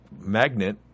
magnet